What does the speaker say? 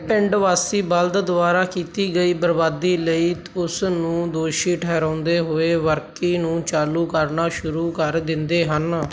ਪਿੰਡ ਵਾਸੀ ਬਲਦ ਦੁਆਰਾ ਕੀਤੀ ਗਈ ਬਰਬਾਦੀ ਲਈ ਉਸ ਨੂੰ ਦੋਸ਼ੀ ਠਹਿਰਾਉਂਦੇ ਹੋਏ ਵਰਕੀ ਨੂੰ ਚਾਲੂ ਕਰਨਾ ਸ਼ੁਰੂ ਕਰ ਦਿੰਦੇ ਹਨ